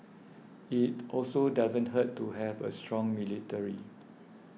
it also doesn't hurt to have a strong military